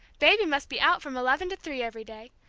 baby must be out from eleven to three every day.